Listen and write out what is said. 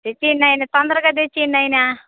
తెచ్చియిండి నాయినా తొందరగా తెచ్చియిండి నాయినా